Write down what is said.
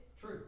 True